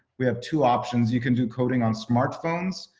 we have two options. you can do coding on smartphones.